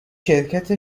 شرکت